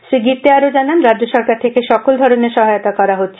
শ্রী গিত্যে আরো জানান রাজ্য সরকার থেকে সকল ধরনের সহায়তা করা হচ্ছে